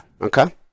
Okay